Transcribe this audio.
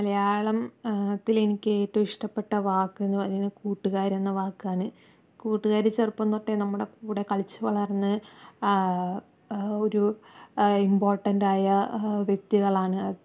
മലയാളം ത്തില് എനിക്ക് ഏറ്റവും ഇഷ്ടപ്പെട്ട വാക്ക് എന്ന് പറയുന്നത് കൂട്ടുകാരെന്ന വാക്കാണ് കൂട്ടുകാര് ചെറുപ്പം തൊട്ടേ നമ്മുടെ കൂടെ കളിച്ച് വളർന്ന് ഒരു ഇംപോർട്ടന്റ് ആയ വ്യക്തികളാണ്